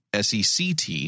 sect